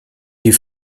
die